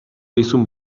dizun